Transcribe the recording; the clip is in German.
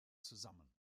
zusammen